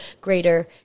greater